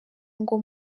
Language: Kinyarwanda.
ngo